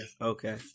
Okay